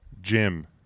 Jim